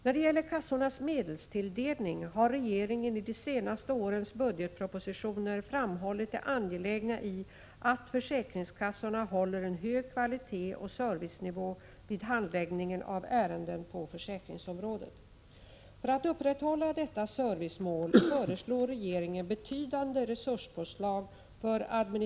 När det gäller kassornas medelstilldelning har regeringen i de senaste årens budgetpropositioner framhållit det angelägna i att försäkringskassorna håller en hög kvalitet och servicenivå vid handläggningen av ärenden på försäkringsområdet.